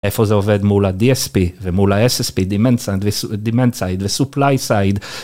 איפה זה עובד מול ה-DSP ומול ה-SSP, DEMAND SIDE ו-SUPPLY SIDE